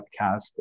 podcast